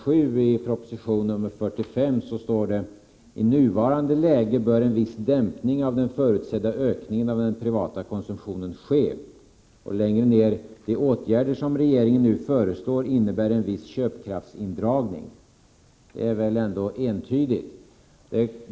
7i proposition nr 45 står det: ”I nuvarande läge bör en viss dämpning av den förutsedda ökningen av den privata konsumtionen ske.” Litet längre ned kan man läsa: ”De åtgärder som regeringen nu föreslår innebär en viss köpkraftsindragning.” Detta är väl ändå entydigt.